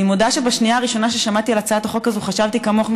אני מודה שבשנייה הראשונה ששמעתי על הצעת החוק הזאת חשבתי כמוך,